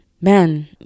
man